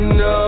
no